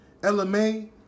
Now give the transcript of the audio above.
LMA